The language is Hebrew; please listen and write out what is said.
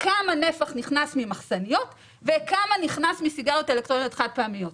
כמה נפח נכנס ממחסניות וכמה נכנס מסיגריות אלקטרוניות חד פעמיות.